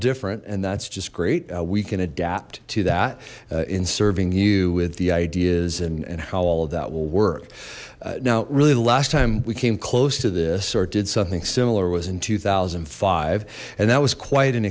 different and that's just great we can adapt to that in serving you with the ideas and and how all of that will work now really the last time we came close to this or did something similar was in two thousand and five and that was quite an